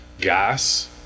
Gas